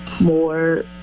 more